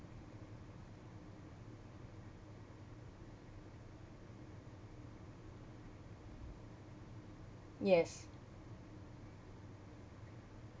yes